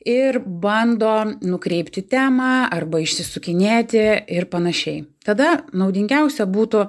ir bando nukreipti temą arba išsisukinėti ir panašiai tada naudingiausia būtų